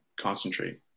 concentrate